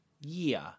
Year